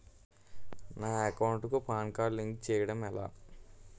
నా అకౌంట్ కు PAN card link చేయడం ఎలా?